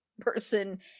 person